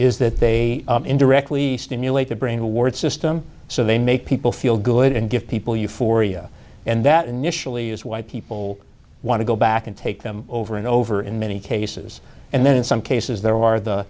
is that they indirectly stimulate the brain award system so they make people feel good and give people euphoria and that initially is why people want to go back and take them over and over in many cases and then in some cases there are the